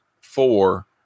four